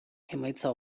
emaitza